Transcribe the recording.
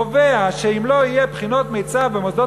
קובע שאם לא יהיו בחינות מיצ"ב במוסדות